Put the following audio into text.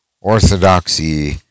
Orthodoxy